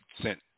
sent